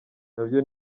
nabyo